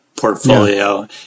portfolio